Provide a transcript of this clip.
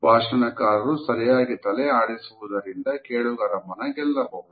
ಭಾಷಣಕಾರರು ಸರಿಯಾಗಿ ತಲೆ ಆಡಿಸುವುದರಿಂದ ಕೇಳುಗರ ಮನ ಗೆಲ್ಲಬಹುದು